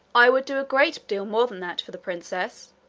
i would do a great deal more than that for the princess.